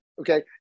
okay